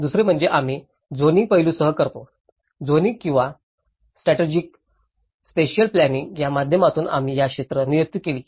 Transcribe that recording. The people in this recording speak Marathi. दुसरे म्हणजे आम्ही झोनिंग पैलूसह करतो झोनिंग किंवा स्ट्रॅटेजिक स्पॅशिअल प्लॅनिंइंग या माध्यमातून आम्ही या क्षेत्रे नियुक्त केली